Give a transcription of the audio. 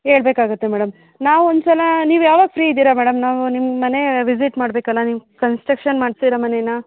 ಹೇಳ್ಬೇಕಾಗತ್ತೆ madam ನಾವು ಒಂದು ಸಲ ನೀವು ಯಾವಾಗ ಫ್ರೀ ಇದ್ದೀರ ಮೇಡಮ್ ನಾವು ನಿಮ್ಮ ಮನೆ ವಿಸಿಟ್ ಮಾಡ್ಬೇಕಲ್ಲ ನೀವು ಕನ್ಸ್ಟ್ರಕ್ಷನ್ ಮಾಡ್ಸಿರೋ ಮನೇನ